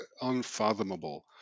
unfathomable